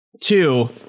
two